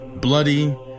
bloody